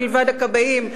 מלבד הכבאים,